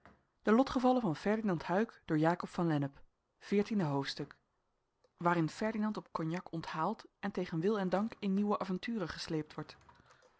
hoofdstuk waarin ferdinand op cognac onthaald en tegen wil en dank in nieuwe avonturen gesleept wordt